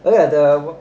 oh ya the